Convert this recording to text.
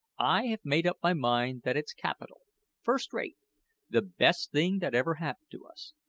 i have made up my mind that it's capital first-rate the best thing that ever happened to us,